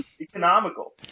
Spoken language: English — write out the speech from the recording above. Economical